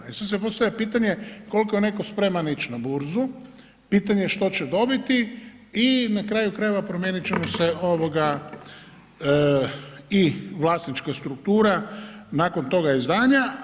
E sada se postavlja pitanje, koliko je neko spreman ići na burzu, pitanje što će dobiti i na kraju krajeva promijenit će mu se i vlasnička struktura nakon toga izdanja.